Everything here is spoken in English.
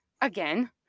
again